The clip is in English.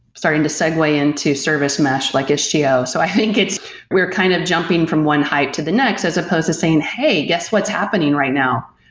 starting to segue into service mesh, like istio. so i think we're kind of jumping from one hype to the next as supposed to saying, hey! guess what's happening right now?